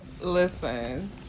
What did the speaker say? Listen